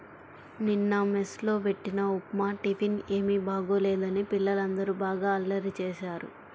నిన్న మెస్ లో బెట్టిన ఉప్మా టిఫిన్ ఏమీ బాగోలేదని పిల్లలందరూ బాగా అల్లరి చేశారు